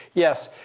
yes,